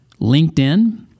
LinkedIn